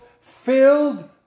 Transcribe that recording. filled